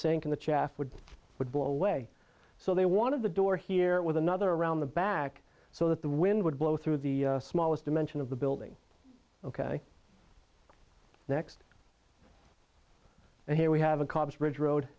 sink in the chaff would blow away so they wanted the door here with another around the back so that the wind would blow through the smallest dimension of the building ok next and here we have a cause ridge road